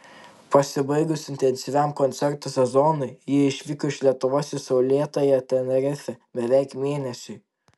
pasibaigus intensyviam koncertų sezonui ji išvyko iš lietuvos į saulėtąją tenerifę beveik mėnesiui